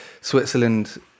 Switzerland